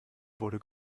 wurde